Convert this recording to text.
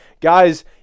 Guys